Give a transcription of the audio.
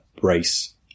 race